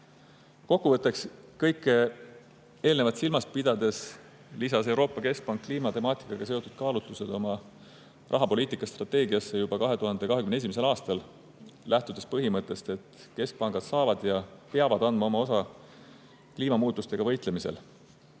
Kokkuvõtteks. Kõike eelnevat silmas pidades lisas Euroopa Keskpank kliimatemaatikaga seotud kaalutlused oma rahapoliitika strateegiasse juba 2021. aastal, lähtudes põhimõttest, et keskpangad saavad anda ja peavad andma oma panuse kliimamuutustega võitlemisel.